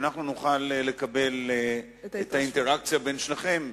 כדי שאנחנו נוכל לקבל את האינטראקציה בין שניכם,